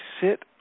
sit